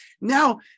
now